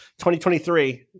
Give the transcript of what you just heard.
2023